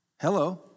Hello